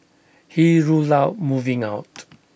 he ruled out moving out